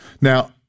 Now